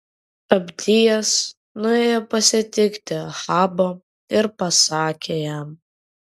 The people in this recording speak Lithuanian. abdijas nuėjo pasitikti ahabo ir pasakė jam